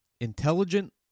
Intelligent